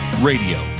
radio